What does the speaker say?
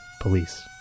police